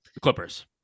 Clippers